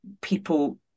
people